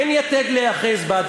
אין יתד להיאחז בה.